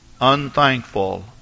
unthankful